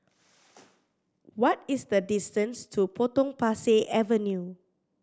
what is the distance to Potong Pasir Avenue